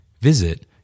Visit